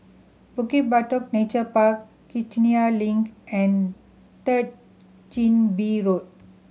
Bukit Batok Nature Park Kiichener Link and Third Chin Bee Road